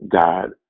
god